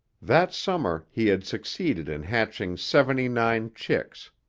that summer he had succeeded in hatching seventy-nine chicks.